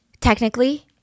Technically